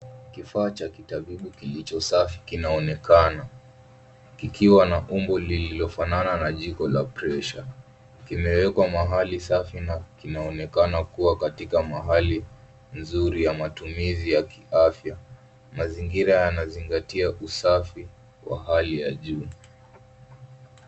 Kifaa cha kitabibu kilicho safi kinaonekana kikiwa na umbo lililofanana na jiko la presha. Imewekwa mahali safi na kinaonekana kuwa katika mahali nzuri ya matumizi ya kiafya. Mazingira yanazingatia usafi wa hali ya juu.